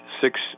six